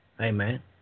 Amen